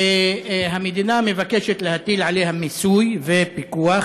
והמדינה מבקשת להטיל עליה מיסוי ופיקוח